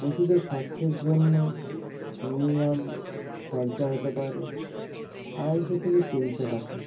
পশুদের স্বাস্থের জন্য মিনিমাম খরচা হতে পারে আড়াইশো থেকে তিনশো টাকা